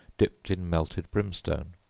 dipped in melted brimstone